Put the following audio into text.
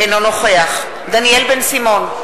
אינו נוכח דניאל בן-סימון,